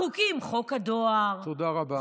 החוקים: חוק הדואר תודה רבה.